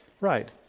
Right